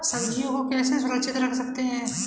सब्जियों को कैसे सुरक्षित रख सकते हैं?